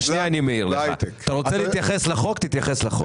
ואני מעיר לך: אתה רוצה להתייחס לחוק תתייחס לחוק.